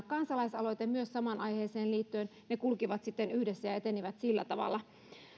kansalaisaloite samaan aiheeseen liittyen ne kulkivat sitten yhdessä ja etenivät sillä tavalla